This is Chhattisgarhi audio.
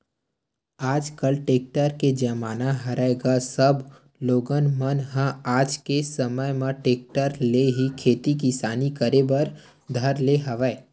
आजकल टेक्टर के जमाना हरय गा सब लोगन मन ह आज के समे म टेक्टर ले ही खेती किसानी करे बर धर ले हवय